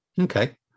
okay